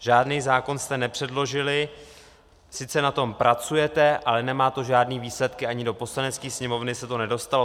Žádný zákon jste nepředložili, sice na tom pracujete, ale nemá to žádné výsledky, ani do Poslanecké sněmovny se to nedostalo.